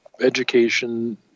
education